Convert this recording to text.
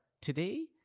today